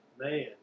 Man